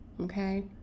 okay